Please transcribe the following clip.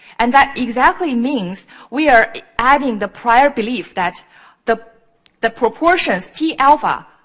and that exactly means we are adding the prior belief that the the proportions, p alpha,